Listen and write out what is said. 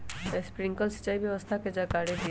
Sprinkler सिंचाई व्यवस्था के जाकारी दिऔ?